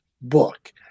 book